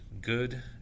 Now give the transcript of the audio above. good